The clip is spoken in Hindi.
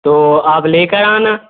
तो आप ले कर आना